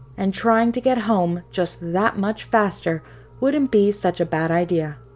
and trying to get home just that much faster wouldn't be such a bad idea.